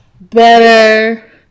Better